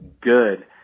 good